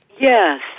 Yes